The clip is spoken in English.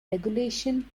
regulation